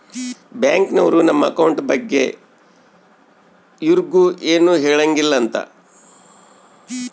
bank ನವ್ರು ನಮ್ account ಬಗ್ಗೆ ಯರ್ಗು ಎನು ಹೆಳಂಗಿಲ್ಲ ಅಂತ